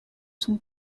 son